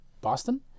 Boston